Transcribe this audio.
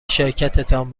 شرکتتان